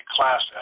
Class